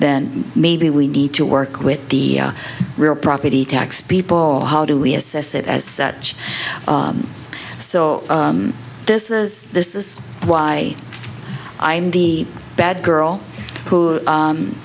then maybe we need to work with the real property tax people how do we assess it as such so this is this is why i am the bad girl who